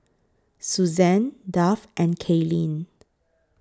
Suzann Duff and Kaylene